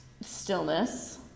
stillness